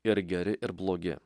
ir geri ir blogi